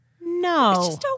No